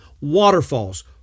waterfalls